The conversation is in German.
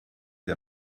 der